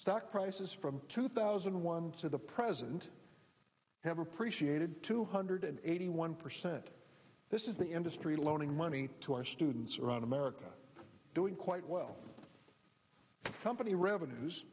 stock prices from two thousand and one to the present have appreciated two hundred eighty one percent this is the industry loaning money to our students around america doing quite well company revenues